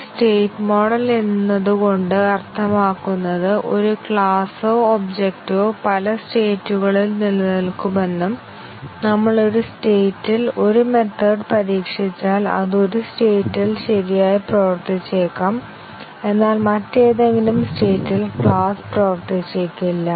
ഒരു state model എന്നതുകൊണ്ട് അർത്ഥമാക്കുന്നത് ഒരു ക്ലാസോ ഒബ്ജക്റ്റോ പല സ്റ്റേറ്റുകളിൽ നിലനിൽക്കുമെന്നും നമ്മൾ ഒരു സ്റ്റേറ്റ് ഇൽ ഒരു മെത്തേഡ് പരീക്ഷിച്ചാൽ അത് ഒരു സ്റ്റേറ്റ്ഇൽ ശരിയായി പ്രവർത്തിച്ചേക്കാം എന്നാൽ മറ്റേതെങ്കിലും സ്റ്റേറ്റിൽ ക്ലാസ് പ്രവർത്തിച്ചേക്കില്ല